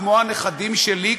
כמו הנכדים שלי,